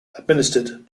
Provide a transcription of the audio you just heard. administered